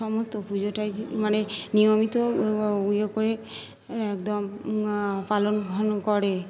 সমস্ত পুজোটাই মানে নিয়মিত করে একদম পালন করে